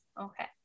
okay